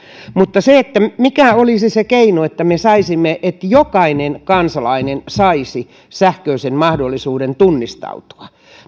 mutta mikä olisi keino siihen että jokainen kansalainen saisi sähköisen mahdollisuuden tunnistautua